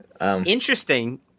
Interesting